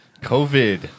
COVID